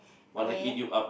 want to eat you up